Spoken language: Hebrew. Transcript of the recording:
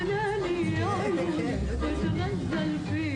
לעניין שיבוץ המורים הערבים.